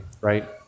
right